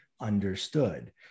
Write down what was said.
understood